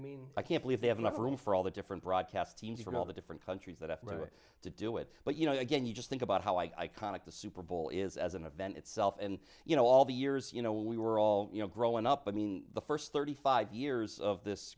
mean i can't believe they have enough room for all the different broadcast teams from all the different countries that have to go to do it but you know again you just think about how i conduct the super bowl is as an event itself and you know all the years you know we were all you know growing up i mean the first thirty five years of this